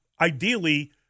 ideally